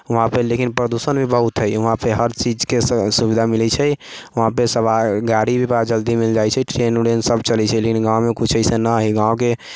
वहाँपर लेकिन प्रदूषण भी बहुत हइ वहाँपर हर चीजके सुविधा मिलै छै वहाँपर सब गाड़ी भी बड़ा जल्दी मिल जाइ छै ट्रेन उरेन सब चलै छै लेकिन गाँवमे किछु अइसन नहि हइ गाँवके